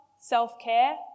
self-care